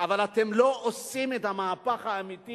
בהצעה הזאת, אבל אתם לא עושים את המהפך האמיתי